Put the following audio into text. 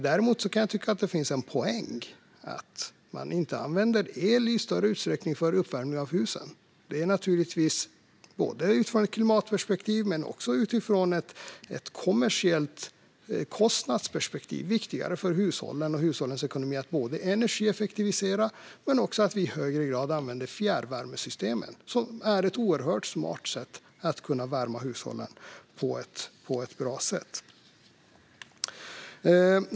Däremot kan jag tycka att det finns en poäng i att inte använda el i någon större utsträckning för uppvärmning av husen, detta utifrån ett klimatperspektiv men också utifrån ett kommersiellt kostnadsperspektiv. Det är viktigt för hushållen och deras ekonomi både att energieffektivisera och att vi i högre grad använder fjärrvärmesystemen, som är ett oerhört smart sätt att värma hushållen på ett bra sätt.